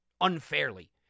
unfairly